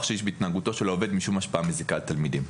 שיש בהתנהגותו של העובד משום השפעה מזיקה על תלמידים.